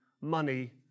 money